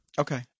Okay